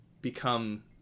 become